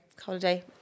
holiday